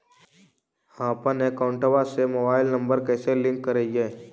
हमपन अकौउतवा से मोबाईल नंबर कैसे लिंक करैइय?